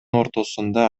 ортосунда